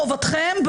חובתכם,